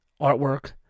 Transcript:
artwork